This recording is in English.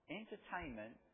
entertainment